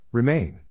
Remain